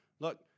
Look